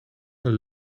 een